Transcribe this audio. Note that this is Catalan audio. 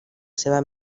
seva